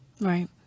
Right